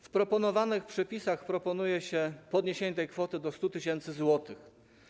W postulowanych przepisach proponuje się podniesienie tej kwoty do 100 tys. zł.